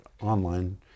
online